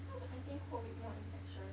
cause I think COVID more infectious